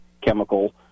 chemical